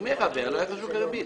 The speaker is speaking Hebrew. שדמי החבר לא ייחשבו ריבית.